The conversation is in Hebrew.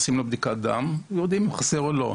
עושים לו בדיקת דם וככה יודעים אם חסר או לא.